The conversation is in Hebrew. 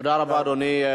תודה רבה, אדוני.